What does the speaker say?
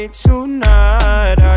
tonight